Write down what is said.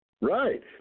Right